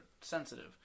sensitive